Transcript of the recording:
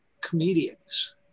comedians